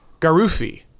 Garufi